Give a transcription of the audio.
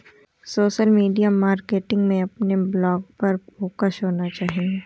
social media marketing में अपने blog पर फोकस होना चाहिए